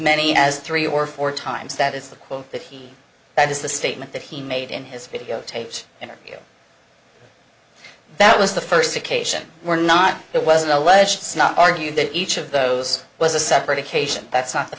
many as three or four times that is the quote that he that is the statement that he made in his videotaped interview that was the first occasion were not it was an alleged not argue that each of those was a separate occasion that's not the